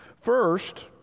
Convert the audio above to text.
First